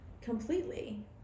completely